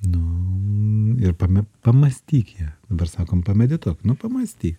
nu ir pame pamąstyk ją dabar sakom pamedituok nu pamąstyk